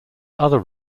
other